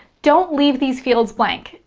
don't leave these fields blank.